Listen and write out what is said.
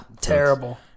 terrible